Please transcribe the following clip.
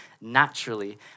naturally